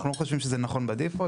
אנחנו לא חשובים שזה נכון כברירת מחדל.